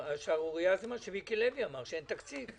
השערורייה היא מה שמיקי לוי אמר, שאין תקציב.